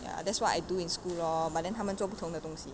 ya that's what I do in school lor but then 他们做不同的东西